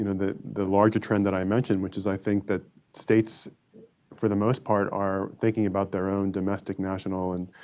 you know the the larger trend that i mentioned, which is i think that states for the most part are thinking about their own domestic, national and